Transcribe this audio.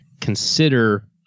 consider